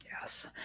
Yes